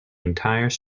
entire